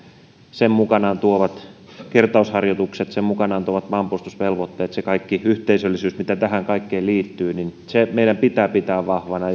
sen mukanaan tuomat kertausharjoitukset sen mukanaan tuomat maanpuolustusvelvoitteet se kaikki yhteisöllisyys mitä tähän kaikkeen liittyy se meidän pitää pitää vahvana